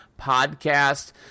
podcast